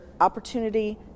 opportunity